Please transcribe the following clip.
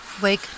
Wake